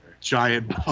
giant